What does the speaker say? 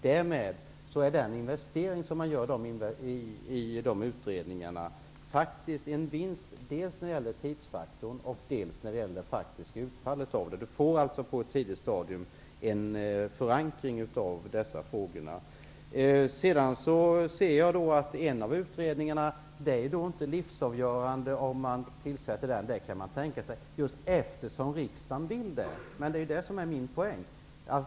Därmed är den investering som görs i utredningarna faktiskt en vinst när det gäller dels tidsfaktorn, dels det faktiska utfallet. Men får på ett tidigt stadium en förankring av frågorna. Vidare ser jag att det inte är livsavgörande om huruvida en av utredningarna tillsätts eller ej. Den kan tillsättas just eftersom riksdagen vill det. Det är min poäng.